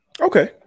Okay